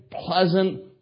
pleasant